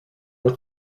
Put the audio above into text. with